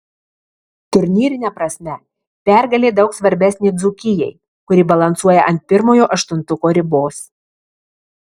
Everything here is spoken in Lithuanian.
turnyrine prasme pergalė daug svarbesnė dzūkijai kuri balansuoja ant pirmojo aštuntuko ribos